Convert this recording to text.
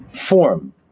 form